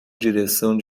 direção